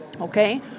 okay